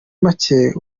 make